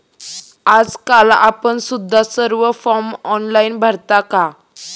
आजकाल आपण सुद्धा सर्व फॉर्म ऑनलाइन भरता का?